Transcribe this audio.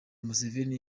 museveni